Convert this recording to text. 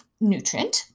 nutrient